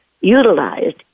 utilized